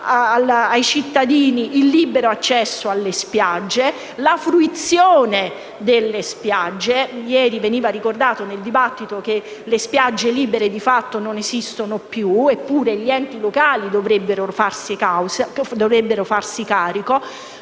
ai cittadini il libero accesso alle spiagge e la fruizione delle stesse. Ieri veniva ricordato nel dibattito che le spiagge libere di fatto non esistono più, e di questo gli enti locali dovrebbero farsi carico.